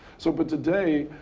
so but today,